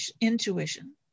intuition